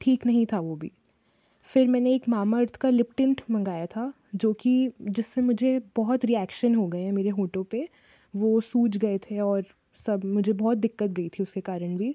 ठीक नहीं था वो भी फिर मैंने एक मामाअर्थ का लिप लिंट मंगवाया था जो कि जिससे मुझे बहुत रिएक्शन हो गए हैं मेरे होठों पे वो सूज गए थे और मुझे बहुत दिक्कत दी थी उसके कारण भी